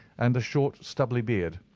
and a short stubbly beard.